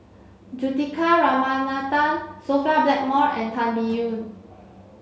Juthika Ramanathan Sophia Blackmore and Tan Biyun